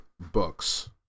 books